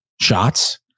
shots